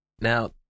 Now